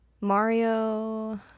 Mario